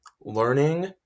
learning